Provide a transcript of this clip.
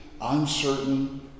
uncertain